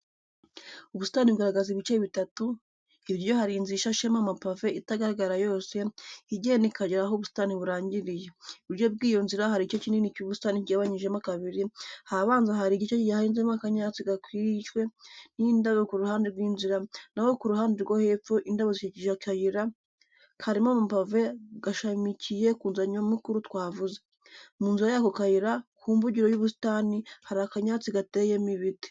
Ubusitani bugaragaza ibice bitatu. Iburyo hari inzira ishashemo amapave, itagaragara yose, igenda ikagera aho ubusitani burangiriye. Iburyo bw'iyo nzira, hari igice kinini cy'ubusitani kigabanyijemo kabiri: ahabanza hari igice gihinzemo akanyatsi gakikijwe n'indabo ku ruhande rw'inzira, naho ku ruhande rwo hepfo, indabo zikikije akayira, karimo amapave, gashamikiye ku nzira nyamukuru twavuze. Munsi y'ako kayira, ku mbugiro y'ubusitani, hari akanyatsi gateyemo ibiti.